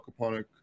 aquaponic